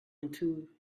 into